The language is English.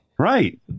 Right